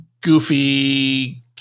goofy